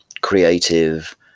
creative